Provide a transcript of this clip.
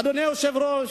אדוני היושב-ראש,